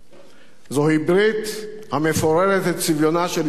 זוהי ברית המפוררת את צביונה של ישראל,